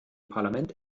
parlament